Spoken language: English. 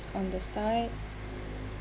on the side